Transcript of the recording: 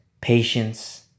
patience